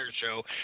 show